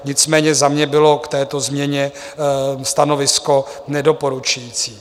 Nicméně za mne bylo k této změně stanovisko nedoporučující.